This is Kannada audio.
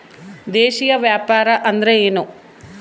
ದೇಶೇಯ ವ್ಯಾಪಾರ ಅಂದ್ರೆ ಏನ್ರಿ?